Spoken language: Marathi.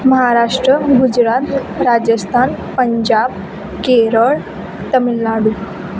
महाराष्ट्र गुजरात राजस्तान पंजाब केरळ तमिलनाडू